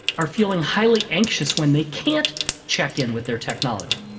are feeling highly anxious when they can't check in with their technology.